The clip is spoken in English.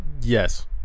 Yes